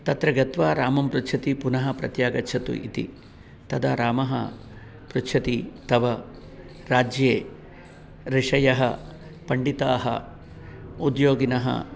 तत्र गत्वा रामं पृच्छति पुनः प्रत्यागच्छतु इति तदा रामः पृच्छति तव राज्ये ऋषयः पण्डिताः उद्योगिनः